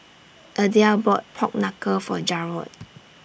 Adelle bought Pork Knuckle For Jarod